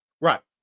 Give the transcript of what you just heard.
Right